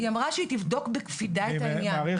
היא אמרה שתבדוק בקפידה את העניין.